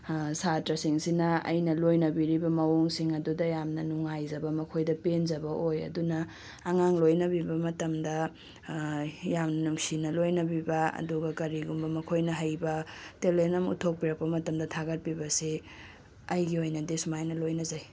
ꯁꯥꯇ꯭ꯔꯁꯤꯡꯁꯤꯅ ꯑꯩꯅ ꯂꯣꯏꯅꯕꯤꯔꯤꯕ ꯃꯑꯣꯡꯁꯤꯡ ꯑꯗꯨꯗ ꯌꯥꯃꯅ ꯅꯨꯉꯥꯏꯖꯕ ꯃꯈꯣꯏꯗ ꯄꯦꯟꯖꯕ ꯑꯣꯏ ꯑꯗꯨꯅ ꯑꯉꯥꯡ ꯂꯣꯏꯅꯕꯤꯕ ꯃꯇꯝꯗ ꯌꯥꯝ ꯅꯨꯡꯁꯤꯅ ꯂꯣꯏꯅꯕꯤꯕ ꯑꯗꯨꯒ ꯀꯔꯤꯒꯨꯝꯕ ꯃꯈꯣꯏꯅ ꯍꯩꯕ ꯇꯦꯂꯦꯟ ꯑꯃ ꯎꯠꯊꯣꯛꯄꯤꯔꯛꯄ ꯃꯇꯝꯗ ꯊꯥꯒꯠꯄꯤꯕꯁꯤ ꯑꯩꯒꯤ ꯑꯣꯏꯅꯗꯤ ꯁꯨꯃꯥꯏꯅ ꯂꯣꯏꯅꯖꯩ